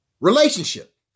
relationship